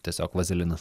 tiesiog vazelinas